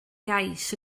iaith